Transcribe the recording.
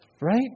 right